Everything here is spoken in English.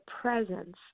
presence